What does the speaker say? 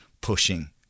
pushing